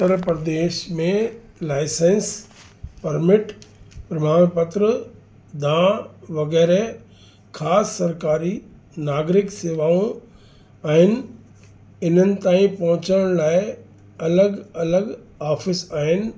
उत्तर प्रदेश में licence permit प्रमाण पत्र दा वग़ैरह ख़ासि सरकारी नागरिक सेवाऊं आहिनि इन्हनि ताईं पहुचण लाइ अलॻि अलॻि आफ़िस आहिनि